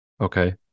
Okay